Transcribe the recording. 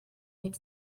need